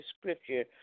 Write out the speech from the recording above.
scripture